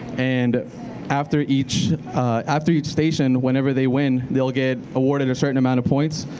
and after each after each station, whenever they win, they'll get awarded a certain amount of points.